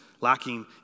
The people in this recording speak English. lacking